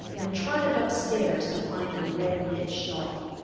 and trotted upstairs to find her red knit shawl.